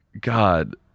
God